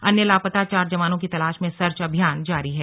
अन्य लापता चार जवानों की तलाश में सर्च अभियान जारी है